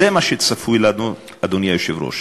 זה מה שצפוי לנו, אדוני היושב-ראש,